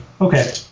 Okay